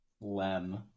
Lem